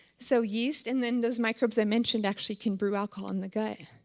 so yeast and then those microbes i mentioned actually can brew alcohol in the gut.